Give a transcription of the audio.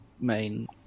main